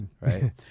right